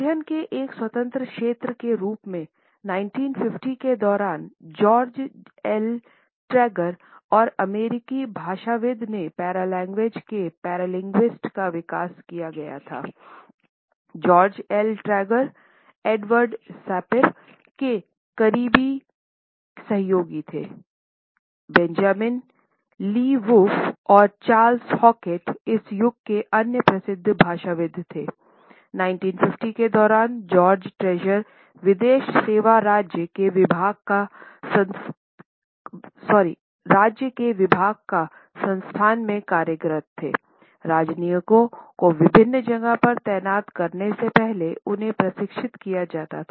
अध्ययन के एक स्वतंत्र क्षेत्र के रूप में 1950 के दौरान जॉर्ज एल ट्रेजर पर काम किया था